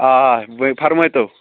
آ فرمٲے تو